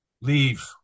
Leave